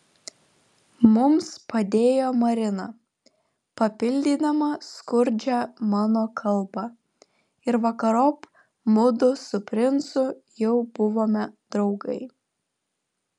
mums padėjo marina papildydama skurdžią mano kalbą ir vakarop mudu su princu jau buvome draugai